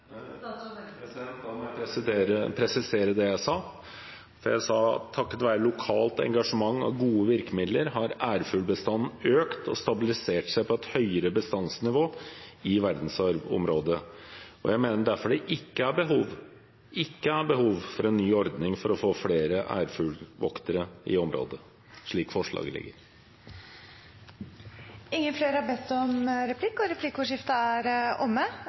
presisere det jeg sa. Jeg sa at takket være lokalt engasjement og gode virkemidler har ærfuglbestanden økt og stabilisert seg på et høyere bestandsnivå i verdensarvområdet. Jeg mener derfor det ikke er behov for en ny ordning for å få flere ærfuglvoktere i området, slik forslaget ber om. Replikkordskiftet er omme. De talere som heretter får ordet, har en taletid på inntil 3 minutter. Ærfuglen er